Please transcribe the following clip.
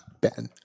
Ben